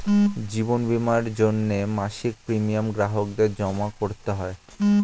জীবন বীমার জন্যে মাসিক প্রিমিয়াম গ্রাহকদের জমা করতে হয়